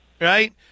right